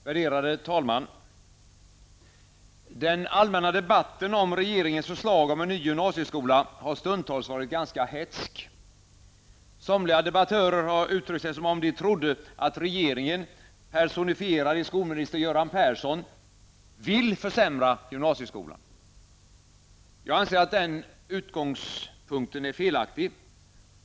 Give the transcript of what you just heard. Värderade talman! Den allmänna debatten om regeringens förslag om en ny gymnasieskola har stundtals varit ganska hätsk. Somliga debattörer har uttryckt sig som om de trodde att regeringen -- personifierad i skolminister Göran Persson -- vill försämra gymnasieskolan. Jag anser att den utgångspunkten är felaktig.